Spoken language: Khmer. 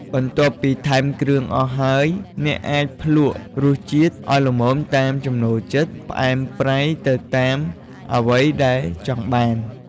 បន្ទាប់ពីថែមគ្រឿងអស់ហើយ អ្នកអាចភ្លក់រសជាតិឲ្យល្មមតាមចំណូលចិត្តផ្អែមប្រៃទៅតាមអ្វីដែលចង់បាន។